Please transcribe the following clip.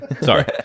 sorry